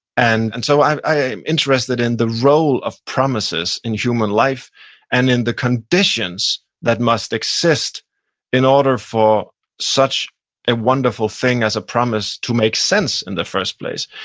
and and so i'm i'm interested in the role of promises in human life and in the conditions that must exist in order for such a wonderful thing as a promise to make sense in the first place.